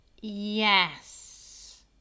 yes